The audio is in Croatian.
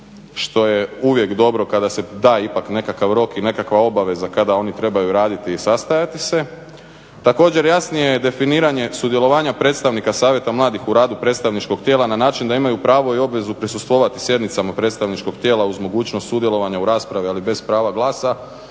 što je uvijek dobro kada se da ipak nekakav rok i nekakva obaveza kada oni trebaju raditi i sastajati se. Također, jasnije je definiranje sudjelovanja predstavnika Savjeta mladih u radu predstavničkog tijela na način da imaju pravo i obvezu prisustvovati sjednicama predstavničkog tijela uz mogućnost sudjelovanja u raspravi ali bez prava glasa.